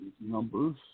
Numbers